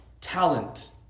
talent